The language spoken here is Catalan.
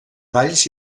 valls